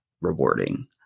rewarding